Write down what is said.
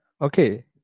Okay